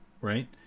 right